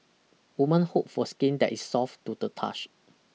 women hope for skin that is soft to the touch